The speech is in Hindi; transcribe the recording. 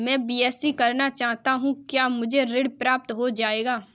मैं बीएससी करना चाहता हूँ क्या मुझे ऋण प्राप्त हो जाएगा?